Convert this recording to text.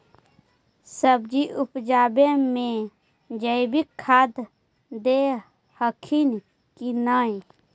सब्जिया उपजाबे मे जैवीक खाद दे हखिन की नैय?